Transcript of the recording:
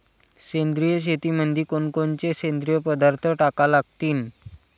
सेंद्रिय शेतीमंदी कोनकोनचे सेंद्रिय पदार्थ टाका लागतीन?